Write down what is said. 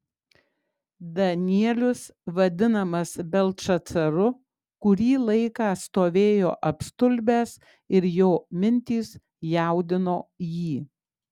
danielius vadinamas beltšacaru kurį laiką stovėjo apstulbęs ir jo mintys jaudino jį